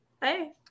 Hey